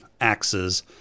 axes